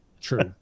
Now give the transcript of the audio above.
True